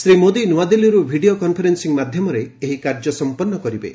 ଶ୍ରୀ ମୋଦି ନୃଆଦିଲ୍ଲୀରୁ video conferencing ମାଧ୍ୟମରେ ଏହି କାର୍ଯ୍ୟ ସମ୍ପନ୍ଧ କରିବେ